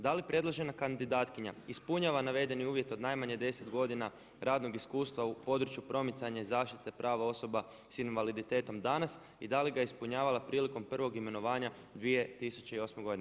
Da li predložena kandidatkinja ispunjava navedeni uvjet od najmanje 10 godina radnog iskustva u području promicanja i zaštite prav osoba s invaliditetom danas i da li ga ispunjavala prilikom prvog imenovanja 2008.godine?